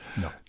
No